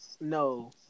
No